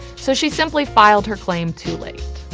so she simply filed her claim too late.